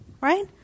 Right